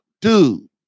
Dude